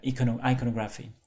iconography